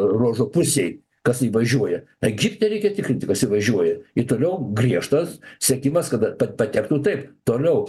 ruožo pusėj kas įvažiuoja egipte reikia tikrinti kas įvažiuoja i toliau griežtas sekimas kada kad patektų taip toliau